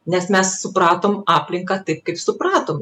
nes mes supratom aplinką taip kaip supratom